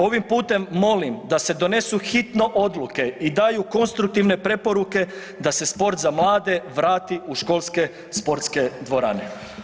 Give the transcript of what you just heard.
Ovim putem molim da se donesu hitno odluke i daju konstruktivne preporuke da se sport za mlade vrati u školske sportske dvorane.